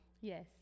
Yes